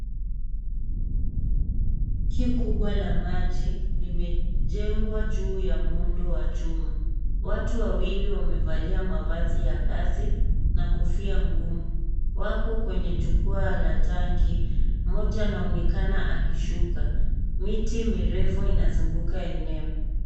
Tanki kubwa la maji limejengwa juu ya muundo wa chuma. Watu wawili wamevalia mavazi ya kazi na kofia ngumu. Wako kwenye jukwaa la tanki, mmoja anaonekana akishuka. Miti mirefu inazunguka eneo.